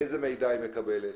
איזה מידע היא מקבלת